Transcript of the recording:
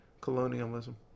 colonialism